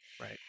Right